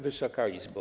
Wysoka Izbo!